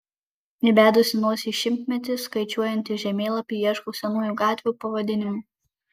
įbedusi nosį į šimtmetį skaičiuojantį žemėlapį ieškau senųjų gatvių pavadinimų